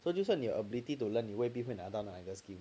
so 就算你有 ability to learn 你未必会拿到那两个 skill